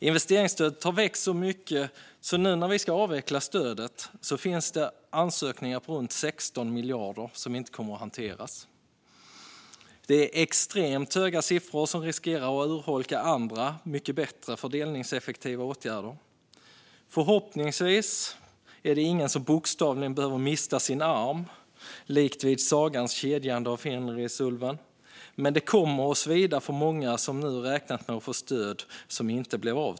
Investeringsstödet har växt så mycket att när vi nu ska avveckla stödet finns det ansökningar på runt 16 miljarder som inte kommer att hanteras. Det är extremt höga summor som skulle ha riskerat att urholka andra mycket bättre fördelningseffektiva åtgärder. Förhoppningsvis är det ingen som bokstavligen behöver mista sin arm likt vid sagans kedjande av Fenrisulven, men det kommer att svida för många som räknat med att få ett stöd som inte blir av.